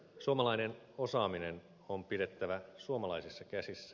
suomalainen osaaminen on pidettävä suomalaisissa käsissä